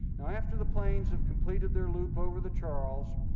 now, after the planes have completed their loop over the charles,